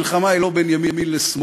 המלחמה היא לא בין ימין לשמאל,